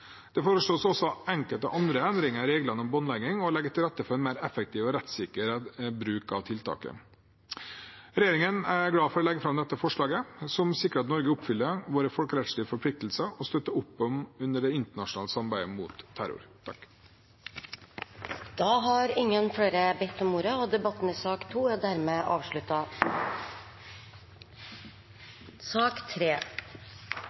Det foreslås også enkelte andre endringer i reglene om båndlegging, som legger til rette for en mer effektiv og rettssikker bruk av tiltaket. Regjeringen er glad for å legge fram dette forslaget som sikrer at Norge oppfyller sine folkerettslige forpliktelser og støtter opp under det internasjonale samarbeidet mot terror. Flere har ikke bedt om ordet til sak nr. 2. Etter ønske fra justiskomiteen vil presidenten foreslå at taletiden blir begrenset til 5 minutter til hver partigruppe og